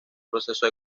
proceso